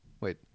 Wait